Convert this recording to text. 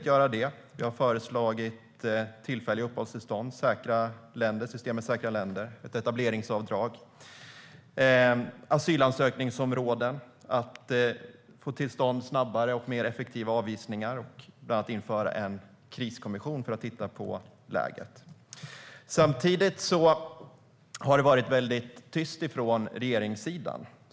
Vi har bland annat föreslagit tillfälliga uppehållstillstånd, ett system med säkra länder, ett etableringsavdrag, asylansökningsområden, att få till stånd snabbare och mer effektiva avvisningar och att införa en kriskommission för att titta på läget. Samtidigt har det varit väldigt tyst från regeringen.